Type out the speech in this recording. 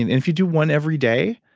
and and if you do one every day,